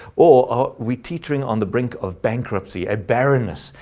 or we teetering on the brink of bankruptcy at bareness,